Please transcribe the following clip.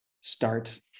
start